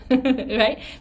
Right